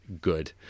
good